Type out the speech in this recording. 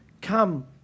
come